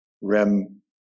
Rem